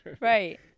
Right